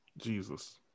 Jesus